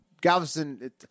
Galveston